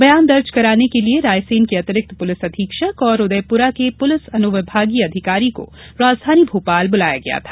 बयान दर्ज कराने के लिए रायसेन की अतिरिक्त पुलिस अधीक्षक और उदयपुरा के पुलिस अनुविभागीय अधिकारी एसडीओपी को राजधानी भोपाल बुलाया गया था